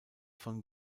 von